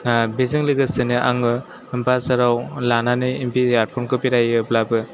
बेजों लोगोसेनो आङो बाजाराव लानानै बे इयारफनखौ बेरायोब्लाबो